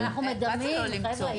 ואם אני לא אמצא אנשים כאלה?